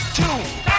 two